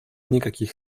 никаких